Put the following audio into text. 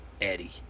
Eddie